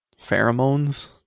pheromones